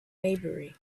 maybury